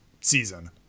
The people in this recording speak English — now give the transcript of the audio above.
season